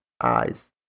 eyes